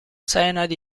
cyanide